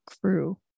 crew